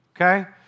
Okay